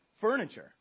Furniture